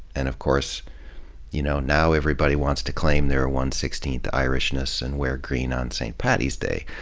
and of course you know now everybody wants to claim their ah one sixteenth irishness and wear green on st. patty's day.